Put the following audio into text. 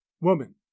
Woman